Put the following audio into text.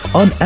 on